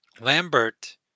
Lambert